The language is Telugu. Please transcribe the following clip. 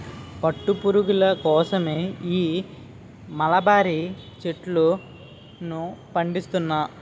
పట్టు పురుగుల కోసమే ఈ మలబరీ చెట్లను పండిస్తున్నా